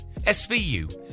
SVU